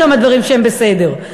למה שבסדר,